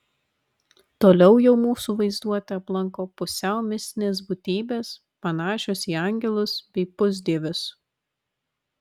toliau jau mūsų vaizduotę aplanko pusiau mistinės būtybės panašios į angelus bei pusdievius